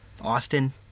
Austin